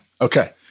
Okay